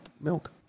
milk